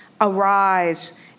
Arise